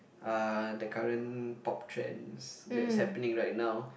uh the current pop trends that's happening right now